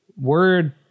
word